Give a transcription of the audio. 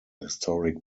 historic